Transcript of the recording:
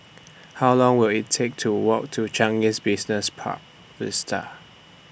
How Long Will IT Take to Walk to Changi Business Park Vista